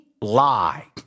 lie